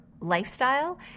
lifestyle